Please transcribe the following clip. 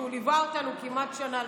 כי הוא ליווה אותנו כמעט שנה,